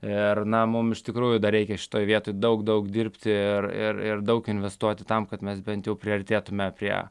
ir na mum iš tikrųjų dar reikia šitoj vietoj daug daug dirbti ir ir ir daug investuoti tam kad mes bent jau priartėtumėme prie